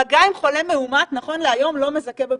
מגע עם חולה מאומת נכון להיום לא מזכה בבדיקה.